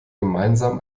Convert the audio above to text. gemeinsam